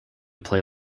play